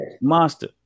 Monster